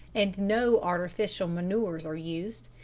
and no artificial manures are used,